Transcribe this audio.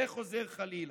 וחוזר חלילה.